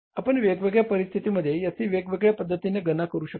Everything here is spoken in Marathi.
आपण वेगवेगळ्या परिस्थितीमध्ये याची वेगवेगळ्या पद्धतीने गणना करू शकता